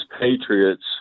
patriots